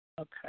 Okay